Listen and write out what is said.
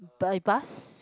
by bus